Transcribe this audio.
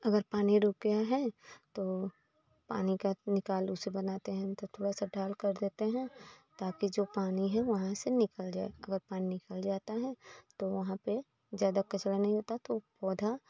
अगर पानी रुक गया है तो पानी का निकाल उसे बनाते हैं तो थोड़ा सा ढाल कर देते हैं ताकि जो पानी है वहीं से निकल जाए गर पानी निकल जाता है तो वहाँ पर ज्यादा कचड़ा नहीं होता तो पौधा